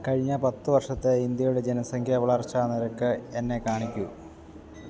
കഴിഞ്ഞ പത്തു വർഷത്തെ ഇന്ത്യയുടെ ജനസംഖ്യാ വളർച്ചാ നിരക്ക് എന്നെ കാണിക്കൂ